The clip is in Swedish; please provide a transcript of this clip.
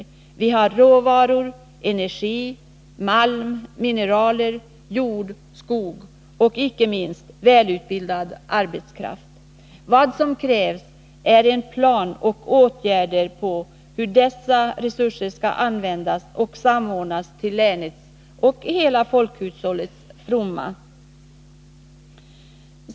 Länet har råvaror, energi, malm, mineraler, jord, skog och inte minst välutbildad arbetskraft. Vad som krävs är en plan och åtgärder för hur dessa resurser skall användas och samordnas till länets och hela folkhushållets fromma.